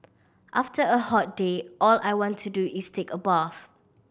after a hot day all I want to do is take a bath